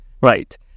Right